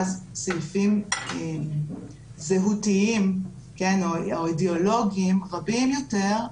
סעיפים זהותיים או אידיאולוגיים רבים יותר,